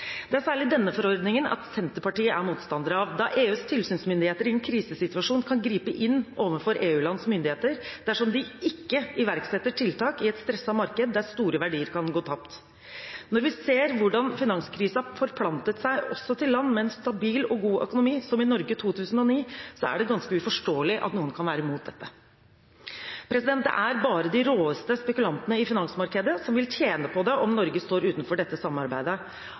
Det er særlig denne forordningen Senterpartiet er motstander av, da EUs tilsynsmyndigheter i en krisesituasjon kan gripe inn overfor EU-lands myndigheter dersom de ikke iverksetter tiltak i et stresset marked der store verdier kan gå tapt. Når vi ser hvordan finanskrisen forplantet seg, også til land med en stabil og god økonomi, som Norge i 2009, er det ganske uforståelig at noen kan være mot dette. Det er bare de råeste spekulantene i finansmarkedet som vil tjene på det om Norge står utenfor dette samarbeidet.